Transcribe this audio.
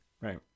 right